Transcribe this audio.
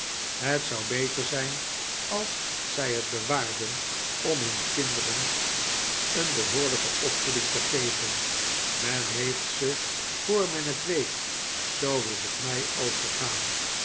het zou beter zijn als zij het bewaarden om hun kinderen een behoorlijke opvoeding te geven men heeft ze voor men het weet zoo is t mij ook gegaan